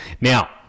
Now